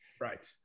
right